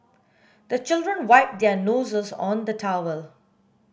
the children wipe their noses on the towel